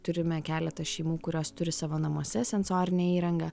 turime keletą šeimų kurios turi savo namuose sensorinę įrangą